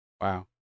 Wow